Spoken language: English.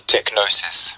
Technosis